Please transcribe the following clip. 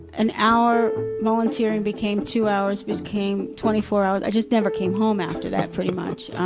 an hour volunteering became two hours, became twenty-four hours. i just never came home after that pretty much.